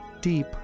deep